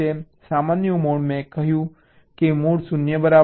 સામાન્ય મોડ મેં કહ્યું કે મોડ 0 બરાબર છે